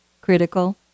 critical